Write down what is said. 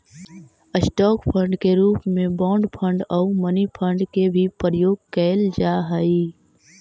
stock fund के रूप में बॉन्ड फंड आउ मनी फंड के भी प्रयोग कैल जा हई